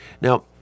Now